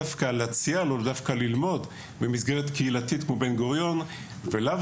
דווקא להציע לו ללמוד במסגרת קהילתית כמו בן גוריון ולאו